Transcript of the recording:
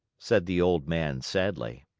said the old man sadly.